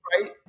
Right